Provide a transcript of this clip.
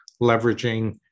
leveraging